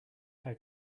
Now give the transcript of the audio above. how